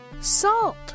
Salt